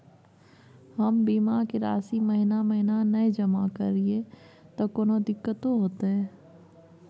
हम बीमा के राशि महीना महीना नय जमा करिए त कोनो दिक्कतों होतय?